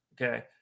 okay